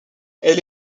elle